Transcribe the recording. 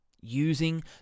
using